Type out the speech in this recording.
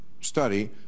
study